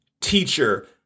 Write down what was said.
teacher